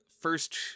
first